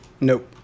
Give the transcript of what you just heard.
Nope